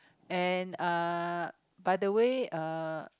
and uh by the way uh